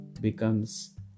becomes